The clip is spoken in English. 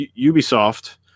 Ubisoft